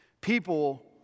People